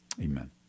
amen